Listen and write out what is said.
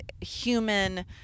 human